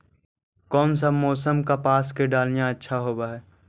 कोन सा मोसम कपास के डालीय अच्छा होबहय?